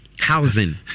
Housing